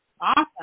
Awesome